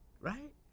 Right